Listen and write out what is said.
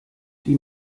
die